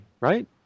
right